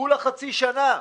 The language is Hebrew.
כולה חצי שנה.